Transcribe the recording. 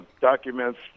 documents